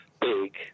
big